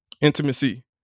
intimacy